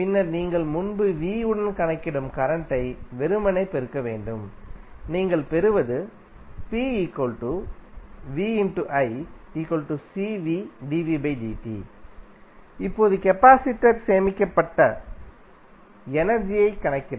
பின்னர் நீங்கள் முன்பு v உடன் கணக்கிடும் கரண்ட் ஐ வெறுமனே பெருக்க வேண்டும் நீங்கள் பெறுவது இப்போது கெபாசிடரில் சேமிக்கப்பட்ட எனர்ஜி ஐக் கணக்கிட